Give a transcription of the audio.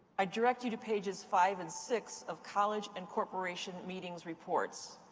i direct you to pages five and six of college and corporation meetings reports.